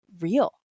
real